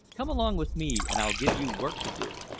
come along with me, and i'll give you work to do.